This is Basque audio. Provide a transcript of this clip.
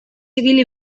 ibili